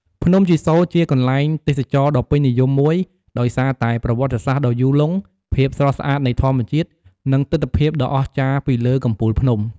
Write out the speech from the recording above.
ភ្នំជីសូរជាកន្លែងទេសចរណ៍ដ៏ពេញនិយមមួយ ដោយសារតែប្រវត្តិសាស្ត្រដ៏យូរលង់ ភាពស្រស់ស្អាតនៃធម្មជាតិ និងទិដ្ឋភាពដ៏អស្ចារ្យពីលើកំពូលភ្នំ។